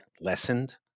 lessened